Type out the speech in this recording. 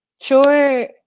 Sure